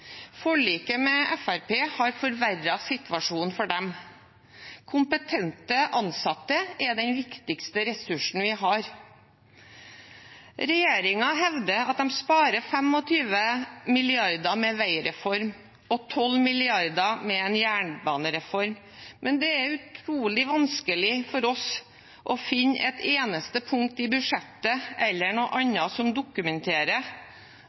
Forliket med Fremskrittspartiet har forverret situasjonen for dem. Kompetente ansatte er den viktigste ressursen vi har. Regjeringen hevder at de sparer 25 mrd. kr med veireformen og 12 mrd. kr med en jernbanereform, men det er utrolig vanskelig for oss å finne et eneste punkt i budsjettet eller noe annet som dokumenterer